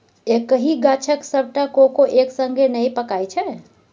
एक्कहि गाछक सबटा कोको एक संगे नहि पाकय छै